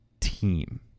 team